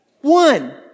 one